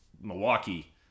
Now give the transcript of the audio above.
Milwaukee